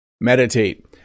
Meditate